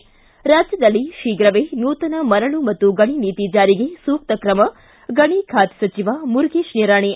ಿ ರಾಜ್ಯದಲ್ಲಿ ಶೀಘವೇ ನೂತನ ಮರಳು ಮತ್ತು ಗಣಿ ನೀತಿ ಜಾರಿಗೆ ಸೂಕ್ತ ಕ್ರಮ ಗಣಿ ಖಾತೆ ಸಚಿವ ಮುರಗೇತ್ ನಿರಾಣೆ